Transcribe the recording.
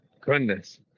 goodness